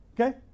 okay